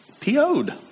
PO'd